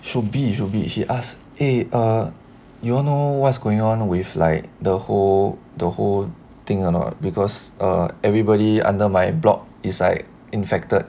should be should be he ask eh err you all know what's going on with like the whole the whole thing or not because err everybody under my block is like infected